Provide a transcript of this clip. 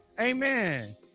amen